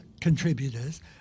contributors